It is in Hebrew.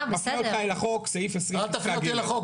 אני מפנה אותך אל החוק סעיף 20. אל תפנה אותי אל החוק,